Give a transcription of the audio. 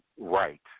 right